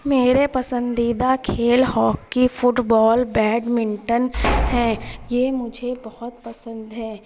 میرے پسنددہ کھیل ہاکی فٹ بال بیڈمنٹن ہیں یہ مجھے بہت پسند ہیں